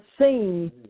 seen